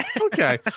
Okay